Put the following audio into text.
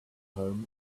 home